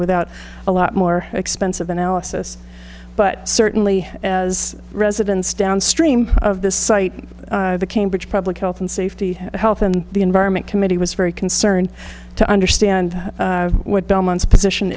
without a lot more expensive analysis but certainly as residents downstream of this site the cambridge public health and safety health and the environment committee was very concerned to understand what belmont's position